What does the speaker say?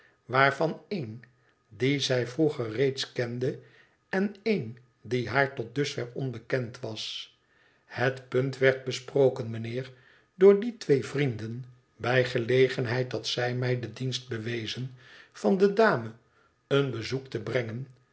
waarvan één dien zij vroeger reeds kende en een die haar tot dusver onbekend was het punt werd besproken meneer door die twee vrienden bij gelegenheid dat zij mij den dienst bewezen van de dame een bezoek te brengen